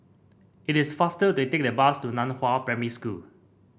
it is faster to take the bus to Nan Hua Primary School